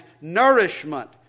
nourishment